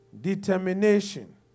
Determination